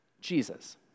Jesus